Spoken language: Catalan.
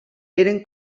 eren